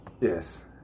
Yes